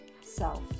self